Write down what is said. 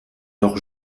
leurs